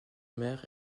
mer